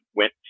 went